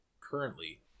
currently